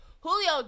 Julio